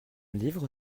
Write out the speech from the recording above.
livre